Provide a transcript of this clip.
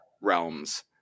realms